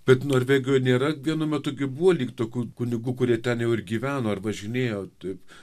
bet norvegijoj nėra vienu metu gi buvo lyg tokių kunigų kurie ten jau ir gyveno ar važinėjo taip